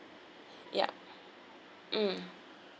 ya mm